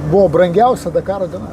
buvo brangiausia dakaro diena